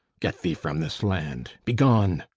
get thee from this land! begone!